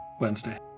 Wednesday